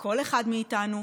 וכל אחד מאיתנו,